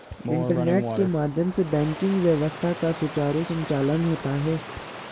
internet के माध्यम से बैंकिंग व्यवस्था का सुचारु संचालन होता है